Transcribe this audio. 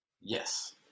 Yes